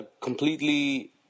completely